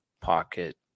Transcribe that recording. pocket